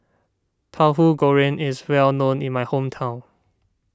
Tahu Goreng is well known in my hometown